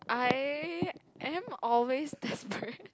I am always desperate